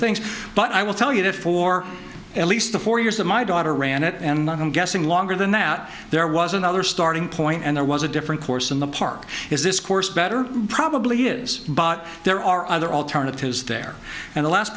things but i will tell you that for at least the four years of my daughter ran it and i'm guessing longer than that there was another starting point and there was a different course in the park is this course better probably is but there are other alternatives there and the last